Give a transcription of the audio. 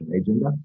agenda